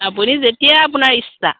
আপুনি যেতিয়াই আপোনাৰ ইচ্ছা